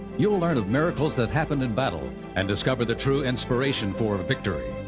you'll learn of miracles that happened in battle and discover the true inspiration for victory.